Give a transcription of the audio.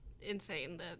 insane